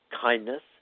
kindness